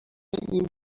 این